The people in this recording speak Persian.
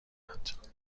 میکند